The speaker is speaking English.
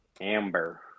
Amber